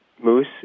moose